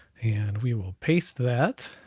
and we will paste that,